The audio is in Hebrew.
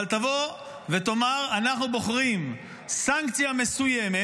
אבל תבוא ותאמר: אנחנו בוחרים סנקציה מסוימת.